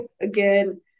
again